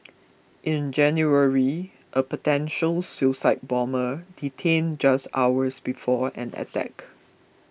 in January a potential suicide bomber detained just hours before an attack